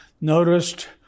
noticed